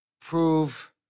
Prove